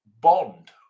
bond